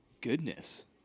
Goodness